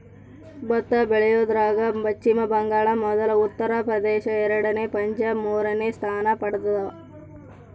ಭತ್ತ ಬೆಳಿಯೋದ್ರಾಗ ಪಚ್ಚಿಮ ಬಂಗಾಳ ಮೊದಲ ಉತ್ತರ ಪ್ರದೇಶ ಎರಡನೇ ಪಂಜಾಬ್ ಮೂರನೇ ಸ್ಥಾನ ಪಡ್ದವ